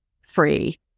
free